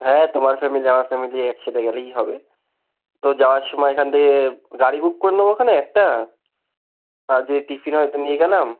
হ্যাঁ তোমার ফ্যামিলি আমার ফ্যামিলি একসাথে গেলেই হবে তো যাওয়ার সময় এখান থেকে গাড়ি বুক করে নেবো খানে একটা আর যদি টিফিন হয়তো নিয়ে গেলাম